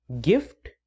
gift